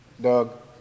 Doug